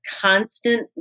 constant